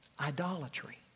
idolatry